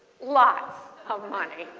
lots of money.